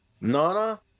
nana